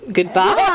Goodbye